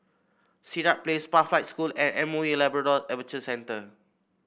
Sirat Place Pathlight School and M O E Labrador Adventure Centre